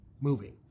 moving